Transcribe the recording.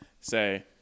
say